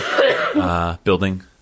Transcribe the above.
building